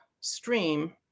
stream